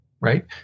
Right